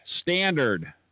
standard